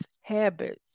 habits